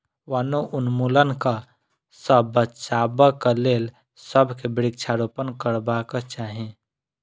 वनोन्मूलनक सॅ बचाबक लेल सभ के वृक्षारोपण करबाक चाही